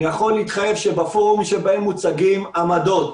אני יכול להתחייב שבפורומים שבהם מוצגים עמדות,